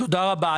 תודה רבה.